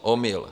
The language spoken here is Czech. Omyl.